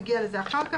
נגיע לזה אחר כך,